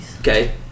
Okay